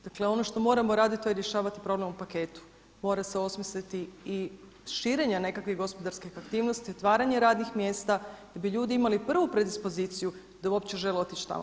Dakle ono što moramo raditi to je rješavati problem u paketu, mora se osmisliti i širenje nekakvih gospodarskih aktivnosti, otvaranje radnih mjesta da bi ljudi imali prvu predispoziciju da bi uopće žele otići tamo.